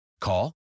Call